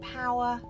power